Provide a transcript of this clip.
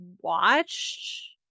watched